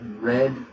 red